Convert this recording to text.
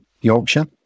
Yorkshire